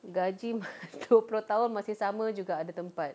gaji ma~ dua puluh tahun masih sama juga ada tempat